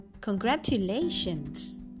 Congratulations